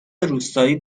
روستایی